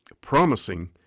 promising